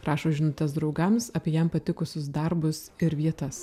rašo žinutes draugams apie jam patikusius darbus ir vietas